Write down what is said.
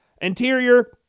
Interior